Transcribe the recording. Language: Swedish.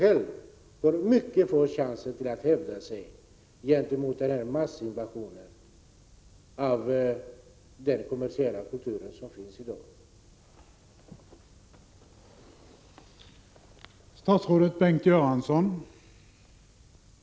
Den har mycket få chanser att hävda sig av egen kraft gentemot massinvasionen av den kommersiella kultur som finns i dag.